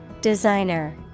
Designer